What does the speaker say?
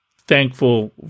thankful